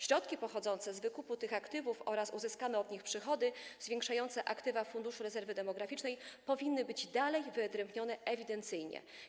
Środki pochodzące z wykupu tych aktywów oraz uzyskane od nich przychody zwiększające aktywa Funduszu Rezerwy Demograficznej powinny być dalej wyodrębnione ewidencyjnie.